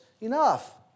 enough